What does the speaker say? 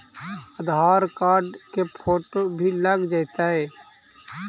आधार card के photo भी लग तै?